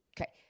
Okay